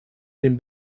den